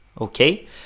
okay